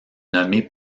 nommé